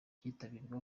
cyitabirwa